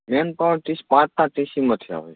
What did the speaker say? main power T S પાંચનાં ટી સીમાંથી આવે છે